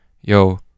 yo